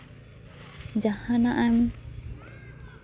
ᱡᱟᱦᱟᱱᱟᱜ ᱮᱢ